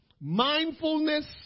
Mindfulness